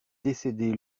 décédé